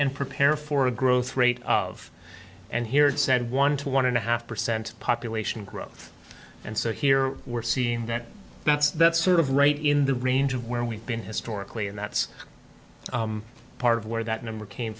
and prepare for a growth rate of and here said one to one and a half percent population growth and so here we're seeing that that's that's sort of right in the range of where we've been historically and that's part of where that number came